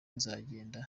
nzagenda